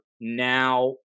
now